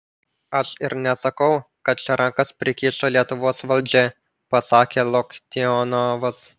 aš ir nesakau kad čia rankas prikišo lietuvos valdžia pasakė loktionovas